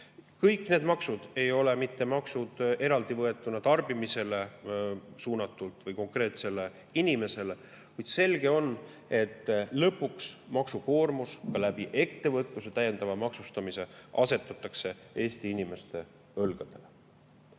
Kõik need maksud ei ole mitte maksud eraldivõetuna tarbimisele suunatult või konkreetsele inimesele, kuid selge on, et lõpuks asetatakse maksukoormus ka ettevõtluse täiendava maksustamise kaudu Eesti inimeste õlgadele. Isamaa